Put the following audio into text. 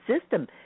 system